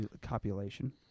copulation